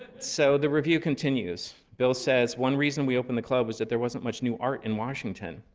so the review continues. bill says, one reason we opened the club was that there wasn't much new art in washington.